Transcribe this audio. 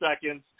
seconds